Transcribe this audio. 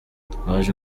twaje